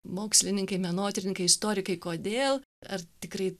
mokslininkai menotyrininkai istorikai kodėl ar tikrai